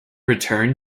return